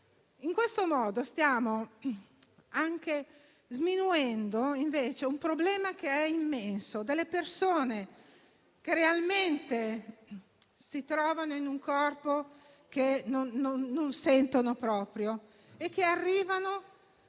In questo modo, stiamo anche sminuendo un problema immenso, quello delle persone che realmente si trovano in un corpo che non sentono proprio e che arrivano